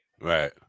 Right